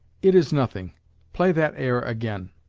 it is nothing play that air again.